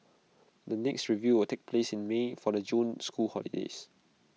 the next review will take place in may for the June school holidays